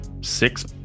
six